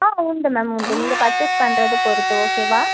ஆ உண்டு மேம் உண்டு நீங்கள் பர்ச்சேஸ் பண்ணுறத பொறுத்து ஓகேவா